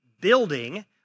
building